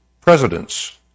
presidents